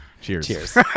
Cheers